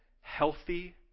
healthy